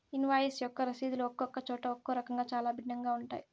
invoice యొక్క రసీదులు ఒక్కొక్క చోట ఒక్కో రకంగా చాలా భిన్నంగా ఉంటాయి